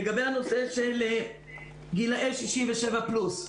לגבי הנושא של גילאי 67 פלוס.